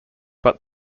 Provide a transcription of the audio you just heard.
but